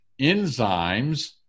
enzymes